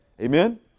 Amen